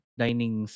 dining